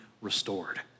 restored